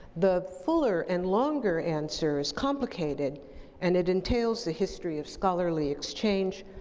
the fuller and longer answer is complicated and it entails the history of scholarly exchange,